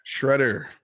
Shredder